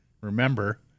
remember